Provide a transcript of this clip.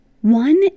One